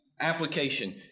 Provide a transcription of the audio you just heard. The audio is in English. application